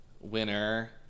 Winner